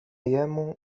jemu